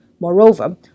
Moreover